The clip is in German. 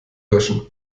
löschen